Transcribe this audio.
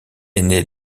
aîné